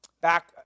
Back